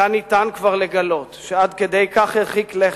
כאן כבר ניתן לגלות שעד כדי כך הרחיק לכת,